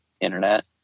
internet